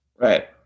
right